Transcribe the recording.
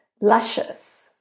luscious